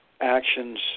actions